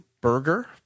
burger